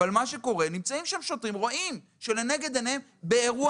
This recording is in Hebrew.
נמצאים שם שוטרים ורואים לנגד עיניהם באירוע